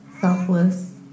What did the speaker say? selfless